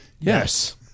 Yes